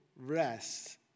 rest